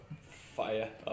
fire